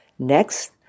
Next